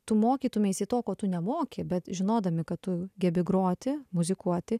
tu mokytumeisi to ko tu nemoki bet žinodami kad tu gebi groti muzikuoti